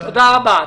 תודה רבה.